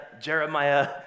Jeremiah